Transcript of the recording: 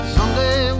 Someday